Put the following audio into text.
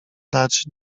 dać